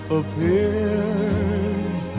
appears